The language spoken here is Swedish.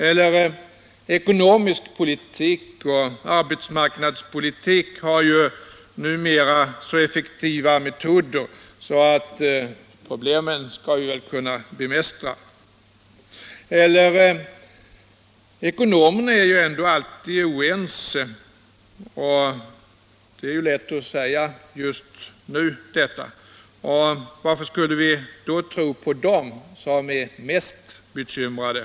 Eller man säger: Ekonomisk politik och arbetsmarknadspolitik har ju numera så effektiva metoder, så vi skall väl kunna bemästra problemen. Eller man säger: Ekonomerna är ju ändå alltid oeniga — det är lätt att säga så just nu —- och varför skulle vi då tro på dem som är mest bekymrade?